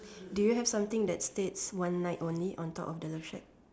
do you have something that states one night only on top of the love shack